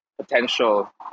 potential